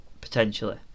potentially